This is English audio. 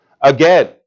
again